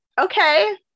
okay